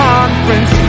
Conference